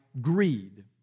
greed